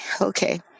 okay